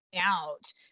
out